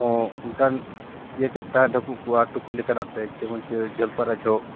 ᱚ ᱚᱱᱠᱟᱱ ᱤᱭᱟᱹ ᱠᱮᱫᱛᱟᱭ ᱰᱷᱟᱹᱯᱩᱜ ᱠᱚᱣᱟ ᱴᱩᱯᱤ ᱞᱮᱠᱟᱱᱟᱜᱼᱛᱮ ᱡᱮᱢᱚᱱ ᱪᱮᱫ ᱡᱷᱟᱹᱞ ᱯᱟᱭᱨᱟᱜ ᱡᱚᱦᱚᱜ